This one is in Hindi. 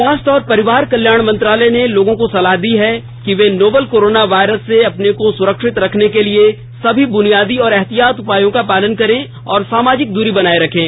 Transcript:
स्वास्थ्य और परिवार कल्याण मंत्रालय ने लोगों को सलाह दी है कि वे नोवल कोरोना वायरस से अपने को सुरक्षित रखने के लिए सभी बुनियादी एहतियाती उपायों का पालन करें और सामाजिक दूरी बनाए रखें